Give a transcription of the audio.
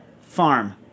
Farm